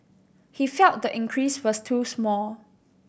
he felt the increase was too small